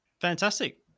Fantastic